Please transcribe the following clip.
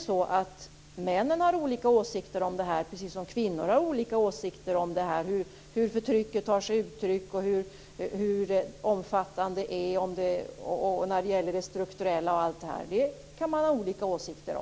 Sedan kan män, precis som kvinnor, ha olika åsikter om detta - vad förtrycket tar sig för uttryck, om hur stor omfattningen är och om det strukturella etc.